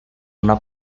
una